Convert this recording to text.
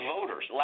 voters